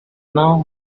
now